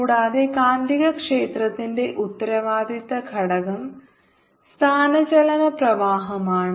കൂടാതെ കാന്തികക്ഷേത്രത്തിന്റെ ഉത്തരവാദിത്ത ഘടകം സ്ഥാനചലന പ്രവാഹമാണ്